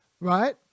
Right